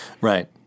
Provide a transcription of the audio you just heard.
right